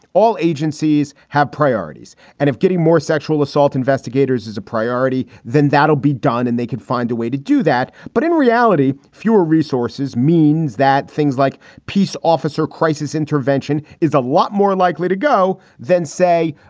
all agencies have priorities. and if getting more sexual assault investigators is a priority, then that'll be done and they can find a way to do that. but in reality, fewer resources means that things like peace officer crisis intervention is a lot more likely to go than, say,